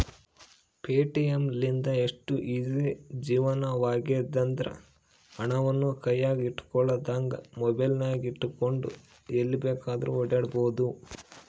Paytm ಲಿಂದ ಎಷ್ಟು easy ಜೀವನವಾಗೆತೆಂದ್ರ, ಹಣವನ್ನು ಕೈಯಗ ಇಟ್ಟುಕೊಳ್ಳದಂಗ ಮೊಬೈಲಿನಗೆಟ್ಟುಕೊಂಡು ಎಲ್ಲಿ ಬೇಕಾದ್ರೂ ಓಡಾಡಬೊದು